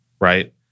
right